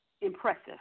impressive